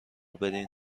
بدین